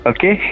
Okay